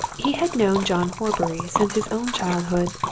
he had known john horbury since his own childhood,